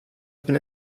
open